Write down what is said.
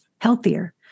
healthier